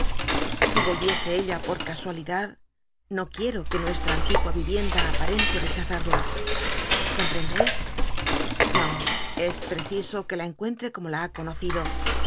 si volviese ella por casualidad no quiero que nuestra antigua yivienda aparen te recbazatla comprendeis no es preciso que la cncuentte como la ha conocido